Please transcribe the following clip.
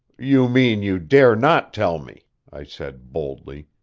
you mean you dare not tell me, i said boldly.